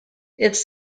its